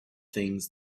things